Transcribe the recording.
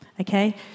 Okay